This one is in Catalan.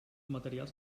materials